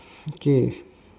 okay